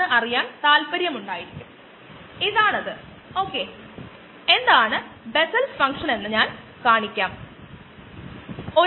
ജനലുകളും പൂർണമായി സീൽ ചെയ്തിരിക്കുന്നു അതോടൊപ്പം ഈ ഫോർമാലിൻ ഉള്ള അലുമിനിയം ബോട്ട് പല ഇടങ്ങളിലും എല്ലാം സീൽ ചെയ്തു സ്വയം സുരഷിതമായി അവസാനത്തെ വാതിലും സീൽ ചെയ്യാൻ ഒരു മാർഗം കണ്ടുപിടിക്കുന്നു